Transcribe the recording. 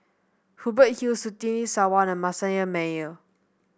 Hubert Hill Surtini Sarwan and Manasseh Meyer